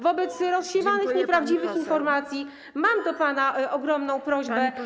Wobec rozsiewanych nieprawdziwych informacji mam do pana ogromną prośbę.